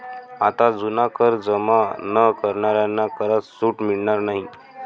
आता जुना कर जमा न करणाऱ्यांना करात सूट मिळणार नाही